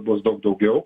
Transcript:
bus daug daugiau